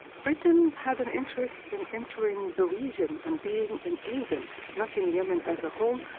britain had an interest in entering the region and being in aden, not in yemen as a whole,